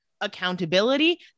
accountability